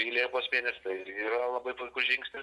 į liepos mėnesį tai irgi yra labai puikus žingsnis